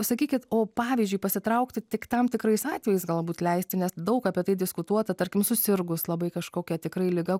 sakykit o pavyzdžiui pasitraukti tik tam tikrais atvejais galbūt leisti nes daug apie tai diskutuota tarkim susirgus labai kažkokia tikrai liga